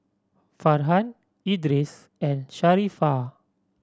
Farhan Idris and Sharifah